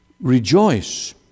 rejoice